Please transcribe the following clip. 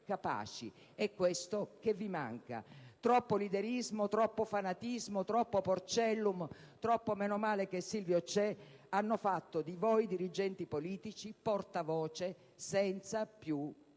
capaci. È questo che vi manca. Troppo leaderismo, troppo fanatismo, troppo *porcellum*, troppo «meno male che Silvio c'è», hanno fatto di voi dirigenti politici portavoce senza più voce,